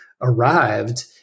arrived